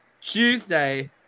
Tuesday